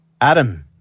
Adam